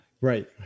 Right